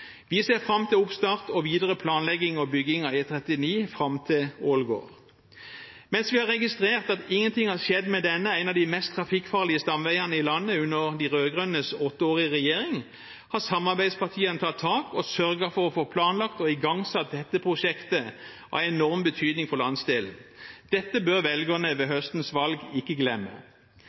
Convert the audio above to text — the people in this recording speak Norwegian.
Vi ser fram til oppstart og videre planlegging og bygging av E39 fram til Ålgård. Mens vi har registrert at ingenting skjedde med denne, en av de mest trafikkfarlige stamveiene i landet, under de rød-grønnes åtte år i regjering, har samarbeidspartiene tatt tak og sørget for å få planlagt og igangsatt dette prosjektet av enorm betydning for landsdelen. Dette bør velgerne ved høstens valg ikke glemme.